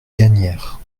gagnaire